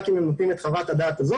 רק אם הם נותנים את חוות הדעת הזו,